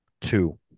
Two